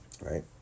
right